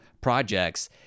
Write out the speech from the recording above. projects